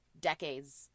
decades